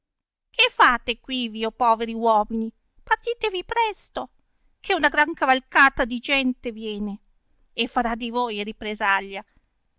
che fate quivi o poveri uomini partitevi presto che una gran cavalcata di gente viene e farà di voi ripresaglia